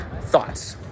thoughts